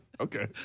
Okay